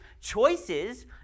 choices